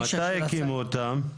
מתי הקימו אותם?